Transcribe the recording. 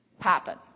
happen